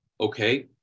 Okay